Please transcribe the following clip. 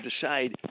decide